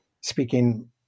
speaking